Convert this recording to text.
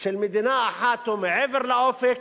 של מדינה אחת הוא מעבר לאופק,